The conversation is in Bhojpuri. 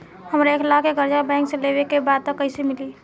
हमरा एक लाख के कर्जा बैंक से लेवे के बा त कईसे मिली?